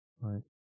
Right